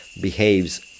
behaves